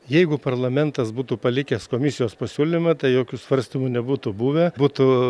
jeigu parlamentas būtų palikęs komisijos pasiūlymą tai jokių svarstymų nebūtų buvę būtų